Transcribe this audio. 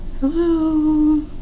Hello